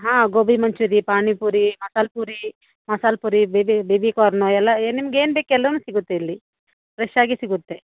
ಹಾಂ gobi manchuri panipuri masala puri masala puri baby baby corn ಎಲ್ಲ ನಿಮ್ಗೆ ಏನು ಬೇಕು ಎಲ್ಲಾ ಸಿಗುತ್ತೆ ಇಲ್ಲಿ ಫ್ರೆಶ್ಶಾಗಿ ಸಿಗುತ್ತೆ